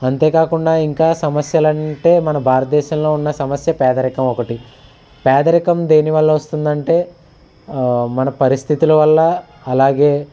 అంతేకాకుండా ఇంకా సమస్యలు అంటే మన భారతదేశంలో ఉన్న సమస్య పేదరికం ఒకటి పేదరికం దేనివల్ల వస్తుందంటే మన పరిస్థితిల వల్ల అలాగే